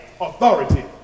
authority